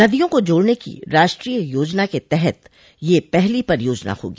नदियों को जोड़ने की राष्ट्रीय योजना के तहत यह पहली परियोजना होगी